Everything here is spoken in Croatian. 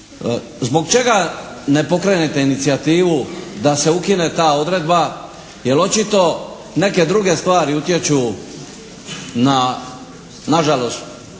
zbog čega ne pokrenete inicijativu da se ukine ta odredba jer očito neke druge stvari utječu na na žalost